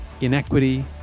inequity